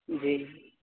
جی